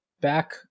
back